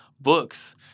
books